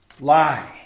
lie